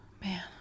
man